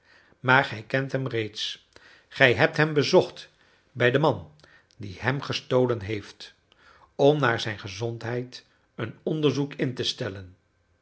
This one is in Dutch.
maar gij kent hem reeds gij hebt hem bezocht bij den man die hem gestolen heeft om naar zijn gezondheid een onderzoek in te stellen